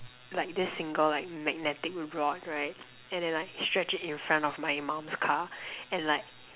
like this single like magnetic rod right and then I stretch in front of my mum's car and like